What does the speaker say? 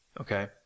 Okay